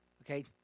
Okay